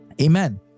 Amen